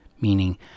Meaning